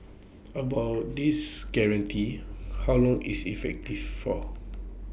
about this guarantee how long is effective for